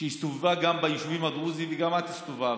שהסתובבה גם ביישובים הדרוזיים, וגם את הסתובבת,